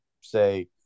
say